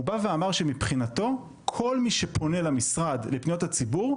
הוא אמר שמבחינתו כל מי שפונה למשרד לפניות הציבור,